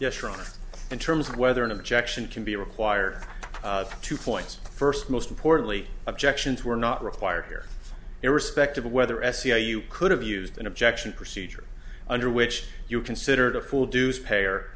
honor in terms of whether an objection can be required two points first most importantly objections were not required here irrespective of whether sci you could have used an objection procedure under which you considered a full dues pay or